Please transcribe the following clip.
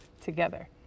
together